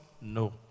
No